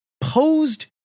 posed